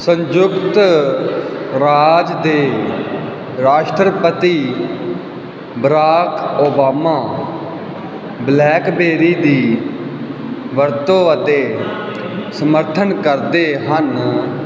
ਸੰਯੁਕਤ ਰਾਜ ਦੇ ਰਾਸ਼ਟਰਪਤੀ ਬਰਾਕ ਓਬਾਮਾ ਬਲੈਕਬੇਰੀ ਦੀ ਵਰਤੋਂ ਅਤੇ ਸਮਰਥਨ ਕਰਦੇ ਹਨ